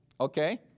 okay